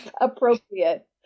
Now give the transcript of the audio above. appropriate